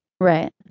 Right